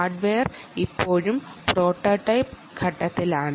hardware ഇപ്പോഴും prototype ഘട്ടത്തിലാണ്